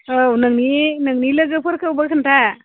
औ नोंनि नोंनि लोगोफोरखौबो खोन्था